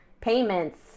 payments